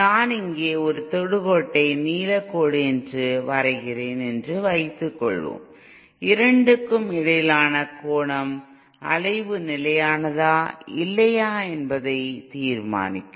நான் இங்கே ஒரு தொடுகோட்டை நீலக்கோடு என்று வரைகிறேன் என்று வைத்துக்கொள்வோம் இரண்டிற்கும் இடையிலான கோணம் அலைவு நிலையானதா இல்லையா என்பதை தீர்மானிக்கும்